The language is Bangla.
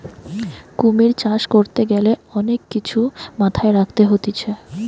কুমির চাষ করতে গ্যালে অনেক কিছু মাথায় রাখতে হতিছে